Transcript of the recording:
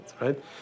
right